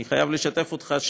אני חייב לשתף אותך,